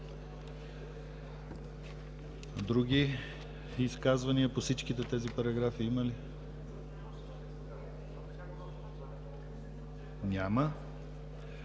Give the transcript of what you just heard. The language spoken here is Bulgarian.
Други изказвания по всичките тези параграфи, има ли? Няма.